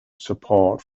support